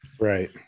right